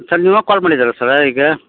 sir ನೀವೇ call ಮಾಡಿದ್ದಿರಾ sir ಈಗ